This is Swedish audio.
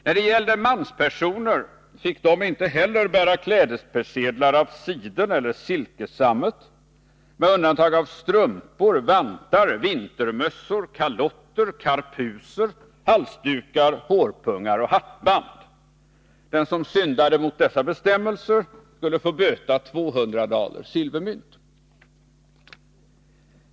När det gällde manspersoner fick inte heller de bära klädespersedlar av siden eller silkesammet, med undantag av strumpor, vantar, vintermössor, kalotter, carpuser, halsdukar, hårpungar och hattband. Den som syndade mot dessa bestämmelser skulle få böta 200 daler silvermynt.